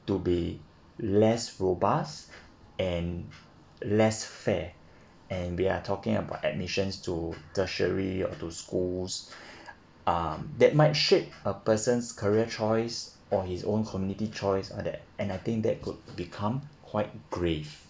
to be less robust and less fair and we are talking about admissions to tertiary or to schools um that might shape a person's career choice or his own community choice or that and I think that could become quite grave